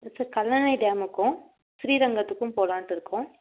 first Kallanai டேமுக்கும் ஸ்ரீரங்கத்துக்கும் போலான்ட்டு இருக்கோம்